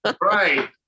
right